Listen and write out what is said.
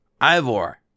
Ivor